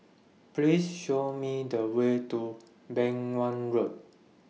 Please Show Me The Way to Beng Wan Road